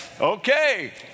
okay